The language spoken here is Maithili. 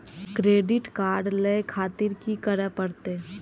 क्रेडिट कार्ड ले खातिर की करें परतें?